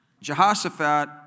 Jehoshaphat